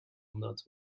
omdat